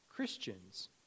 Christians